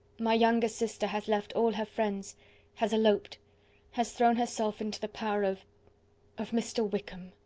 my younger sister has left all her friends has eloped has thrown herself into the power of of mr. wickham.